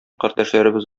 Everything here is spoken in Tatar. кардәшләребез